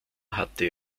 hatte